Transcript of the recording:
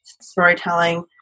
storytelling